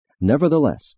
nevertheless